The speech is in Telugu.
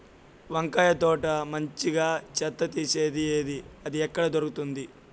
వంకాయ తోట మంచిగా చెత్త తీసేది ఏది? అది ఎక్కడ దొరుకుతుంది?